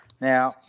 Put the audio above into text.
Now